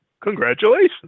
congratulations